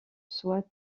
soit